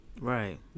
Right